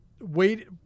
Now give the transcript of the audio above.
Wait –